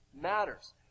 matters